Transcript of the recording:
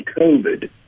COVID